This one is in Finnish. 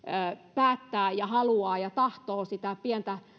päättää ja haluaa ja tahtoo sitä pientä